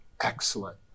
excellent